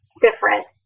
different